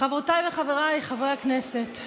חברותיי וחבריי חברי הכנסת,